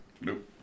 Nope